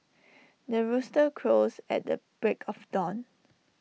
the rooster crows at the break of dawn